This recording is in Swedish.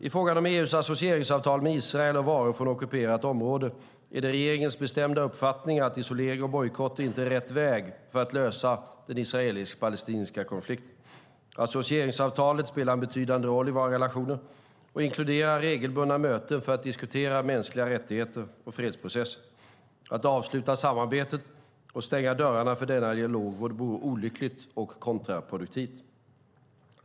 I frågan om EU:s associeringsavtal med Israel och varor från ockuperat område är det regeringens bestämda uppfattning att isolering och bojkotter inte är rätt väg för att lösa den israelisk-palestinska konflikten. Associeringsavtalet spelar en betydande roll i våra relationer och inkluderar regelbundna möten för att diskutera mänskliga rättigheter och fredsprocessen. Att avsluta samarbetet och stänga dörren för denna dialog vore både olyckligt och kontraproduktivt.